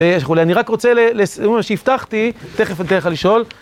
וכולי, אני רק רוצה לסיום, מה שהבטחתי, תכף אני אתן לך לשאול.